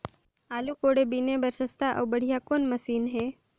आलू कोड़े बीने बर सस्ता अउ बढ़िया कौन मशीन हे?